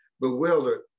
bewildered